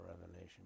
revelation